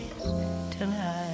tonight